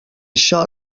això